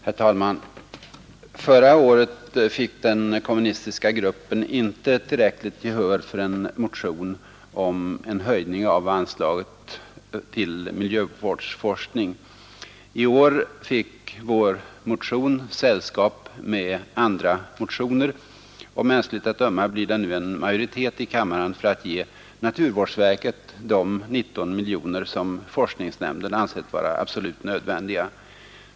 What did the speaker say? Herr talman! Förra året fick den kommunistiska gruppen inte tillräckligt gehör för en motion om höjning av anslaget till miljövårdsforskning. I år fick vår motion sällskap med andra motioner, och mänskligt att döma blir det nu en majoritet i kammaren för att ge naturvårdsverket de 19 miljoner kronor som forskningsnämnden ansett vara absolut nödvändiga.